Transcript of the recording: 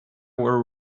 were